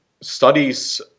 studies